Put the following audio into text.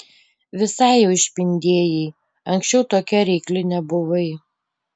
visai jau išpindėjai anksčiau tokia reikli nebuvai